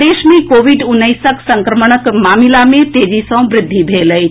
प्रदेश मे कोविड उन्नैसक संक्रमणक मामिला मे तेजी सँ वृद्धि भेल अछि